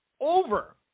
over